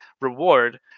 reward